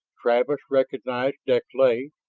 travis recognized deklay.